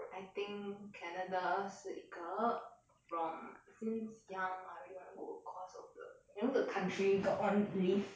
I think canada 是一个 from since young I already want to go cause of the you know the country got one leaf